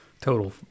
Total